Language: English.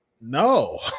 no